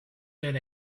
been